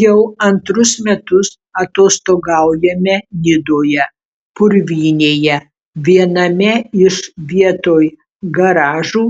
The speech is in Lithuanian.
jau antrus metus atostogaujame nidoje purvynėje viename iš vietoj garažų